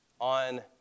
on